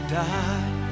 die